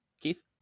Keith